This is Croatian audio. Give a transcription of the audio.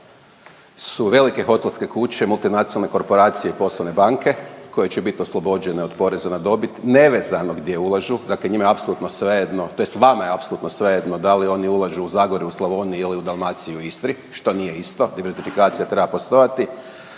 su velike hotelske kuće, multinacionalne korporacije i poslovne banke koje će bit oslobođene od poreza na dobit, nevezano gdje ulažu dakle njima je apsolutno svejedno tj. vama je apsolutno svejedno da li oni ulažu u Zagori, u Slavoniju ili u Dalmaciji i u Istri što nije isto, diversifikacija treba postojati,